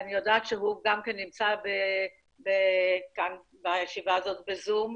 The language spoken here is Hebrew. ואני יודעת שהוא נמצא בישיבה פה בזום,